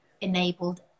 enabled